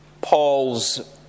Paul's